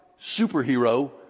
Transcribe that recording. superhero